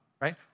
right